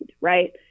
right